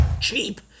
cheap